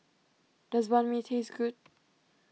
does Banh Mi taste good